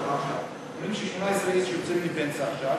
אומרים ש-18 אנשים יוצאים לפנסיה עכשיו,